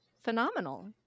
phenomenal